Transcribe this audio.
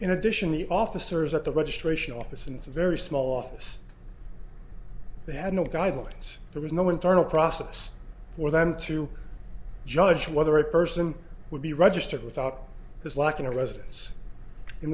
in addition the officers at the registration office and it's a very small office they had no guidelines there was no internal process for them to judge whether a person would be registered without this lacking a residence in